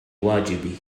واجبي